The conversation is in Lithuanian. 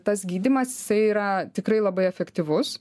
tas gydymas jisai yra tikrai labai efektyvus